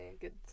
good